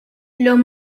los